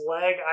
leg